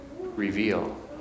reveal